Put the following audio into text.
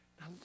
Now